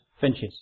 finches